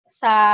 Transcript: sa